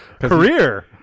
Career